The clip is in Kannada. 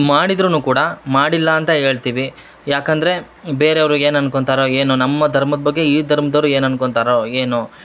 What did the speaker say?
ಮಾಡಿದರೂನು ಕೂಡ ಮಾಡಿಲ್ಲ ಅಂತ ಹೇಳ್ತಿವಿ ಯಾಕಂದರೆ ಬೇರೆಯವರು ಏನು ಅನ್ಕೊಳ್ತಾರೋ ಏನೋ ನಮ್ಮ ಧರ್ಮದ ಬಗ್ಗೆ ಈ ದರ್ಮ್ದವರು ಏನು ಅನ್ಕೊಳ್ತಾರೋ ಏನೋ